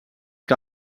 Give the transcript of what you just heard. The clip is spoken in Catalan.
que